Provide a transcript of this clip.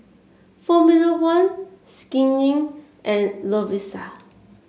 Formula One Skin Inc and Lovisa